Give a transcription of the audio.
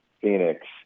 Phoenix